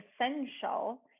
essential